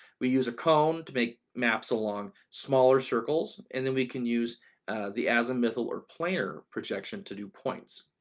we use a comb to make maps along smaller circles, and then we can use the azimuthal or planer projection to do points.